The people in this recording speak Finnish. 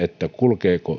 kulkeeko